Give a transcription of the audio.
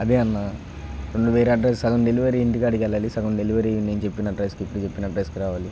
అదే అన్నా రెండు వేరే అడ్రస్ సగం డెలివరీ ఇంటికాడికెళ్ళాలి సగం డెలివరీ నేను చెప్పిన అడ్రస్కి ఇప్పుడు చెప్పిన అడ్రస్కి రావాలి